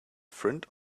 friend